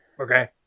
Okay